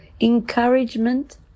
encouragement